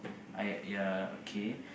I ya okay